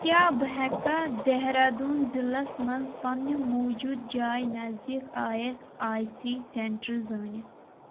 کیٛاہ بہٕ ہیٚکھا دہرادوٗن ضِلعس مَنٛز پنٕنہِ موٗجوٗدٕ جایہِ نٔزدیٖک I S I C centre زٲنِتھ